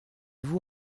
vous